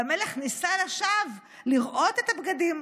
והמלך ניסה לשווא לראות את הבגדים,